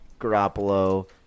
Garoppolo